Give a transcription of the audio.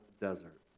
desert